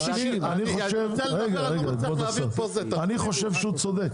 אני חושב שהוא צודק.